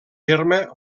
terme